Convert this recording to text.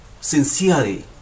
sincerely